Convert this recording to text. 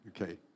Okay